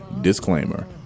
Disclaimer